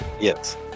Yes